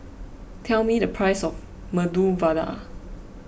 tell me the price of Medu Vada